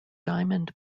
diamond